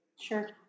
Sure